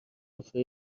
حرفه